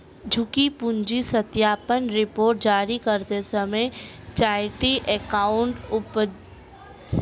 झूठी पूंजी सत्यापन रिपोर्ट जारी करते समय चार्टर्ड एकाउंटेंट उल्लंघन के लिए आयोजित किया गया